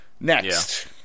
Next